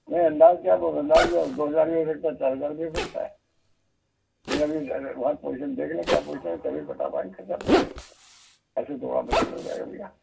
हें दाम क्या बोल रहें है हज़ार दो हज़ार भी हो सकता है चार हज़ार भी हो सकता है लेकिन अभी वहाँ की पॉजीसन देख लें क्या पॉजीसन है तभी बता पाएंगे खर्चा पूरा ऐसे थोड़ा मुश्किल हो जाएगा भैया